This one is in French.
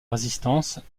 résistance